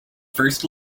first